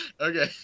okay